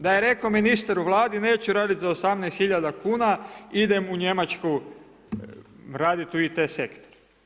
Da je rekao ministar u Vladi neću raditi za 18 hiljada kuna, idem u Njemačku raditi u IT sektor.